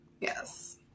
Yes